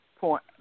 Point